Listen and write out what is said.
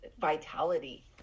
vitality